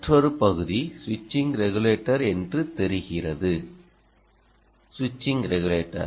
மற்றொரு பகுதி ஸ்விட்சிங் ரெகுலேட்டர் என்று தெரிகிறதுஸ்விட்சிங் ரெகுலேட்டர்